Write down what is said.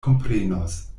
komprenos